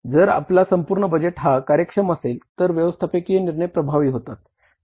जर आपला संपूर्ण बजेट हा कार्यक्षम असेल तर व्यवस्थापकीय निंर्णय प्रभावी होतात